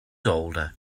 older